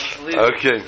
Okay